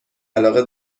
علاقه